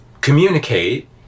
communicate